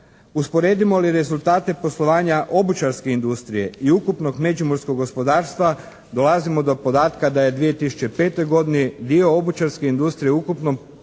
Usporedimo li rezultate poslovanja obućarske industrije i ukupnog međimurskog gospodarstva, dolazimo do podatka da je u 2005. godini dio obućarske industrije u ukupnom prihodu